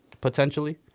potentially